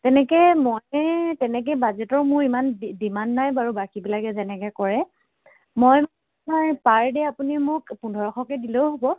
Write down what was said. তেনেকে মই তেনেকে বাজেটৰ মোৰ ইমান ডিমাণ্ড নাই বাৰু বাকীবিলাকে যেনেকে কৰে মই পাৰ ডে' আপুনি মোক পোন্ধৰশকে দিলেও হ'ব